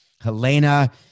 Helena